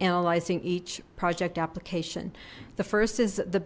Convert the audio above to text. analyzing each project application the first is the